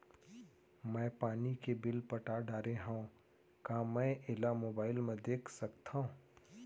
मैं पानी के बिल पटा डारे हव का मैं एला मोबाइल म देख सकथव?